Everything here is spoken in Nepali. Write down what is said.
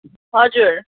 हजुर